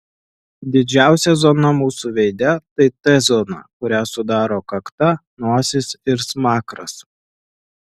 didžiausia zona mūsų veide tai t zona kurią sudaro kakta nosis ir smakras